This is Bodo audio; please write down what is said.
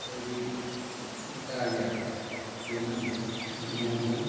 ओमफ्राय बे दालिया बे नांगौ बिबु नांगौ